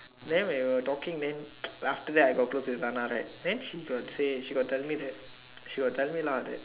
then when we were taking then after that I got close to Lusana right then she got say she got tell me that she got tell me lah that